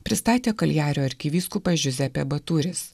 pristatė kurjerių arkivyskupas džiuzepė baturis